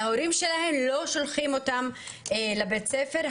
ההורים שלהם לא שולחים אותם לבית הספר.